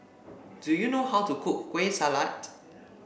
do you know how to cook Kueh Salat